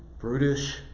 brutish